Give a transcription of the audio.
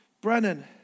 Brennan